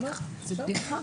זה 6 מיליון שקלים.